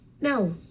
No